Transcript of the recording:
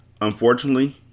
Unfortunately